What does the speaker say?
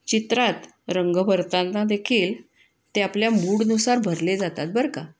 चित्रात रंग भरताना देखील ते आपल्या मूडनुसार भरले जातात बरं का